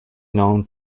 known